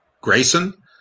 Grayson